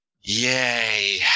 Yay